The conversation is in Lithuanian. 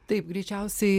taip greičiausiai